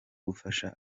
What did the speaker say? gufasha